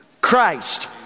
Christ